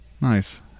Nice